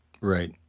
Right